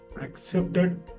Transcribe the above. accepted